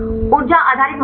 ऊर्जा आधारित मानदंड